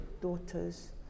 daughters